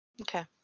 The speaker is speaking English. Okay